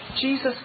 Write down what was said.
Jesus